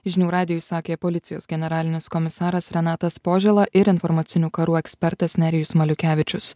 žinių radijui sakė policijos generalinis komisaras renatas požėla ir informacinių karų ekspertas nerijus maliukevičius